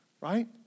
Right